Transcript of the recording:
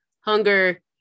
hunger